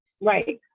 right